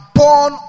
born